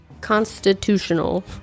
constitutional